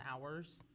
hours